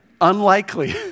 Unlikely